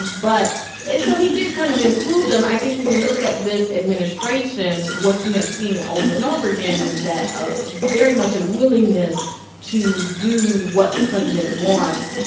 but so he did kind of include them. i think when you look at this administration, what you have seen over and over again is that ah very much a willingness to do what the president wants,